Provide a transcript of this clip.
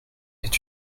est